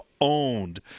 owned